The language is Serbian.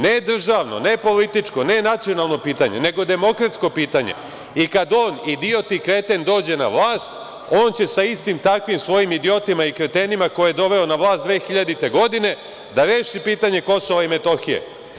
Ne državno, ne političko, ne nacionalno pitanje, nego demokratsko pitanje i kada on idiot i kreten dođe na vlast, on će sa istim takvim svojim idiotima i kretenima, koje je doveo na vlast 2000. godine, da reši pitanje Kosova i Metohije.